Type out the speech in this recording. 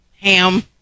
ham